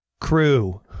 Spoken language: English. crew